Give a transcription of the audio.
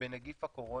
בנגיף הקורונה,